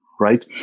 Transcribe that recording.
right